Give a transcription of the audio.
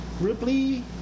Ripley